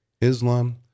Islam